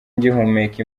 ngihumeka